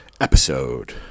episode